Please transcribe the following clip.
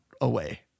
away